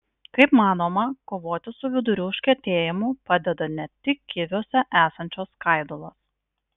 kaip manoma kovoti su vidurių užkietėjimu padeda ne tik kiviuose esančios skaidulos